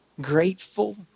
grateful